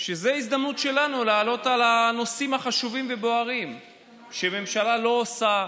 שזו ההזדמנות שלנו להעלות את הנושאים החשובים והבוערים שהממשלה לא עושה,